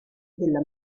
della